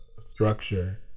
structure